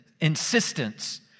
insistence